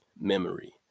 memory